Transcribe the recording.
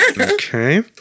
Okay